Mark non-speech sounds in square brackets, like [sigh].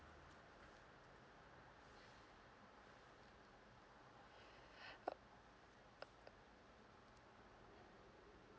[breath]